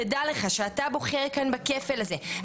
תדע לך שאתה בוחר כאן בכפל הזה,